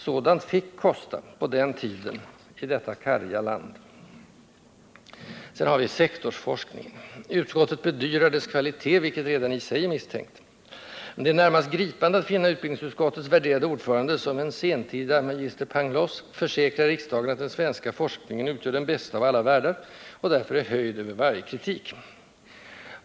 Sådant fick kosta, på den tiden, i detta karga land. Sedan har vi sektorsforskningen. Utskottet bedyrar dess kvalitet, vilket redan i sig är misstänkt. Det är närmast gripande att finna utbildningsutskottets värderade ordförande som en sentida magister Pangloss försäkra riksdagen att den svenska forskningen utgör den bästa av alla världar och därför är höjd över varje kritik.